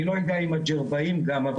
אני לא יודע אם הג'רבאים גם,